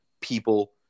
people